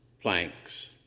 planks